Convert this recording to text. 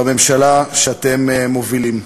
בממשלה שאתם מובילים.